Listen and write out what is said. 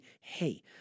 hey